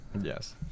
Yes